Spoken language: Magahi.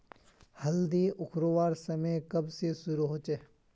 हल्दी उखरवार समय कब से शुरू होचए?